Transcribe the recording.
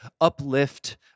uplift